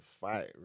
fight